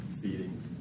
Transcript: feeding